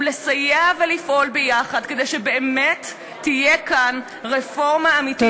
ולסייע ולפעול ביחד כדי שבאמת תהיה כאן רפורמה אמיתית,